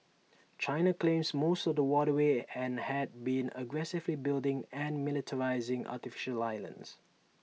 China claims most of the waterway and has been aggressively building and militarising artificial islands